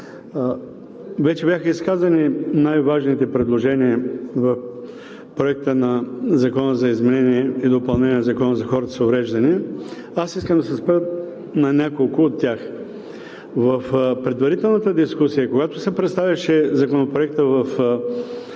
Вече бяха изказани най-важните предложения в Проекта на закона за изменение и допълнение на Закона за хората с увреждания. Аз искам да се спра на няколко от тях. В предварителната дискусия, когато се представяше Законопроектът в